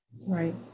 Right